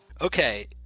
Okay